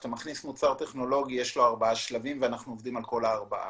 כשאתה מכניס מוצר טכנולוגי יש ארבעה שלבים ואנחנו עובדים על כל הארבעה.